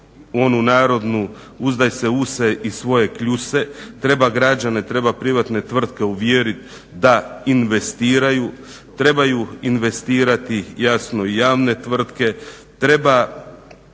tvrtke uvjeriti da investiraju, trebaju investirati jasno i javne tvrtke,